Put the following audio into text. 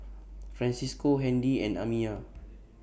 Francisco Handy and Amiyah